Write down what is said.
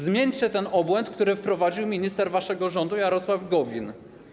Zmieńcie ten obłęd, który wprowadził minister waszego rządu Jarosław Gowin.